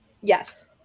Yes